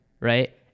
right